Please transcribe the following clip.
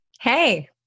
Hey